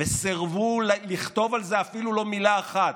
וסירבו לכתוב על זה אפילו מילה אחת,